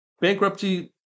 bankruptcy